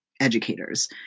educators